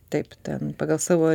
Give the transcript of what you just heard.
taip ten pagal savo